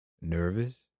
nervous